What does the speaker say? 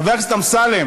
חבר הכנסת אמסלם,